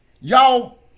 Y'all